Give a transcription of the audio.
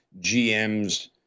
GMs